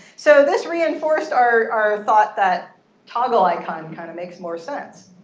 so this reinforced our thought that toggle icon kind of makes more sense.